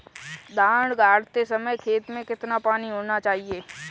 धान गाड़ते समय खेत में कितना पानी होना चाहिए?